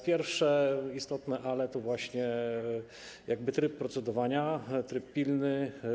Pierwsze istotne „ale” to właśnie tryb procedowania, tryb pilny.